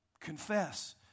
Confess